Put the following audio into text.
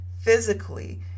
physically